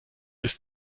ist